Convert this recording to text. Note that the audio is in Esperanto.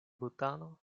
butano